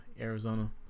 Arizona